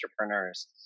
entrepreneurs